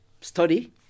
study